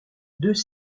deux